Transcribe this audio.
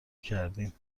کردیم